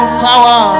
power